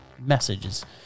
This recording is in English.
Messages